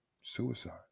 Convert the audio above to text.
suicide